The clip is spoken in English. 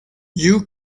you